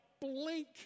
blink